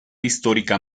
histórica